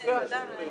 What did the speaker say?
הנשים אצלכם,